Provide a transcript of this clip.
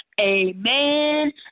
Amen